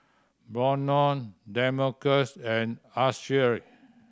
Brannon Demarcus and Ashli